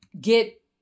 get